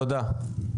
תודה.